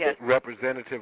representative